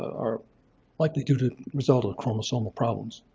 are likely due to result of chromosomal problems.